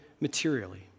materially